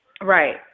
Right